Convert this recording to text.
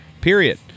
Period